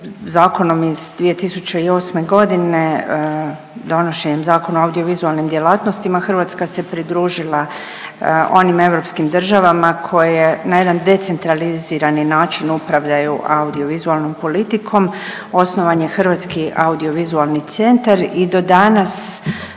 Hrvatska se pridružila onim europskim državama koje na jedan decentralizirani način upravljaju audiovizualnom politikom. Osnovan je Hrvatski audiovizualni centar i do danas